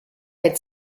had